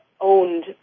Owned